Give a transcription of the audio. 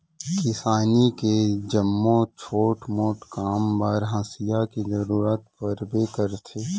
किसानी के जम्मो छोट मोट काम बर हँसिया के जरूरत परबे करथे